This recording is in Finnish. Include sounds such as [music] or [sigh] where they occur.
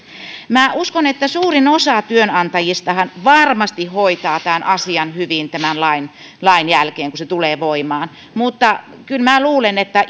minä uskon että suurin osa työnantajista varmasti hoitaa tämän asian hyvin sen jälkeen kun tämä laki tulee voimaan mutta kyllä minä luulen että [unintelligible]